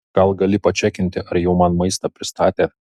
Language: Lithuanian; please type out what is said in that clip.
gal gali pačekinti ar jau man maistą pristatė